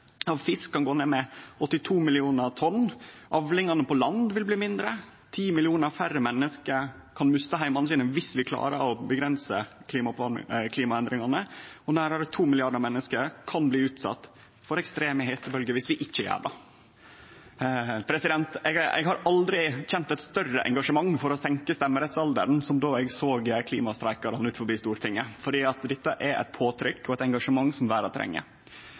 fisk kan gå ned med 82 mill. tonn, og avlingane på land vil bli mindre. 10 millionar færre menneske kan miste heimane sine viss vi klarer å avgrense klimaendringane, og nærare 2 milliardar menneske kan bli utsette for ekstreme hetebølgjer viss vi ikkje gjer det. Eg har aldri kjent eit større engasjement for å senke stemmerettsalderen enn då eg såg klimastreikarane utanfor Stortinget. Dette er eit påtrykk og eit engasjement som verda treng.